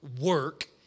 work